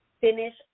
finish